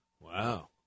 Wow